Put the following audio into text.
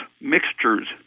mixtures